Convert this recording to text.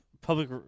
public